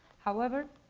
however,